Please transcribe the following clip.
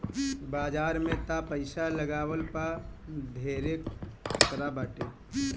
बाजार में तअ पईसा लगवला पअ धेरे खतरा बाटे